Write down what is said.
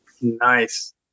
Nice